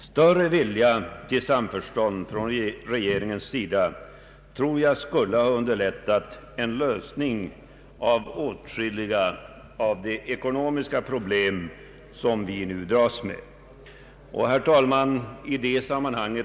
Större vilja till samförstånd från regeringens sida tror jag skulle ha underlättat en lösning av åtskilliga av de ekonomiska problem som vi nu dras med.